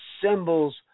symbols